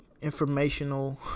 informational